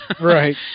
Right